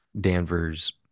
Danvers